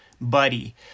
buddy